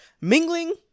mingling